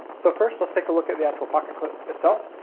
so first, let's take a look at the actual pocket clip itself.